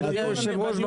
אדוני היו"ר.